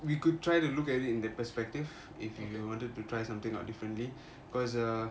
we could try to look at it in that perspective if you wanted to try something out differently because err